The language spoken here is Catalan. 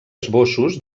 esbossos